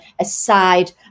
aside